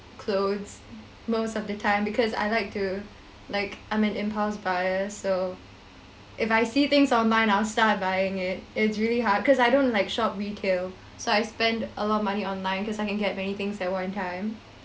clothes most of the time because I like to like I'm an impulse buyer so if I see things online I'll start buying it it's really hard cause I don't like shop retail so I spend a lot of money online cause I can get many things at one time